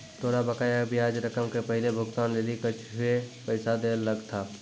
तोरा बकाया ब्याज रकम के पहिलो भुगतान लेली कुछुए पैसा दैयल लगथा